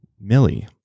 Millie